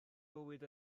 bywyd